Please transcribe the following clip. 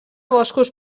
boscos